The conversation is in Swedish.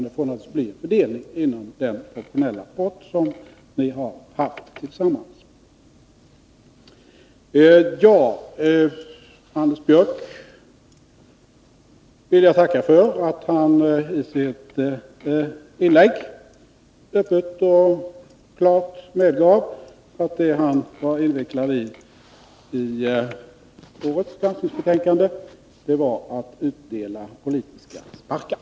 Det får naturligtvis bli en fördelning inom den proportionella pott som ni har haft tillsammans. Jag vill tacka Anders Björck för att han i ett inlägg öppet och klart medgav att det han var invecklad i när det gäller årets granskningsbetänkande var att utdela politiska sparkar.